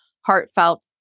heartfelt